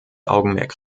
augenmerk